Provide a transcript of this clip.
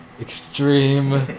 extreme